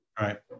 right